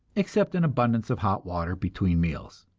except an abundance of hot water between meals.